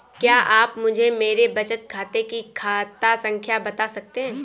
क्या आप मुझे मेरे बचत खाते की खाता संख्या बता सकते हैं?